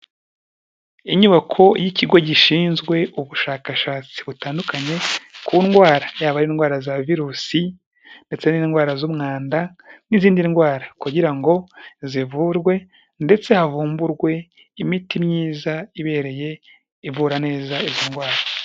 Inyubako y'ikigo gishinzwe ubushakashatsi butandukanye ku ndwara yaba ari indwara za virusi ndetse n'indwara z'umwanda n'izindi ndwara kugira ngo zivurwe ndetse havumburwe imiti myiza ibereye ivura neza izi ndwara.